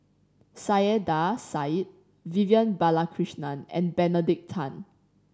Saiedah Said Vivian Balakrishnan and Benedict Tan